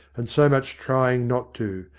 and so much trying not to,